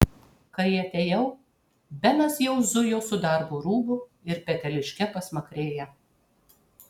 kai atėjau benas jau zujo su darbo rūbu ir peteliške pasmakrėje